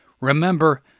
Remember